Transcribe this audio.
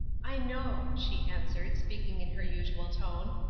i know, she answered, speaking in her usual tone.